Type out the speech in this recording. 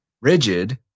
rigid